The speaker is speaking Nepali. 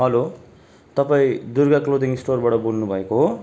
हेलो तपाईँ दुर्गा क्लोदिङ स्टोरबाट बोल्नु भएको हो